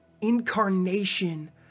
incarnation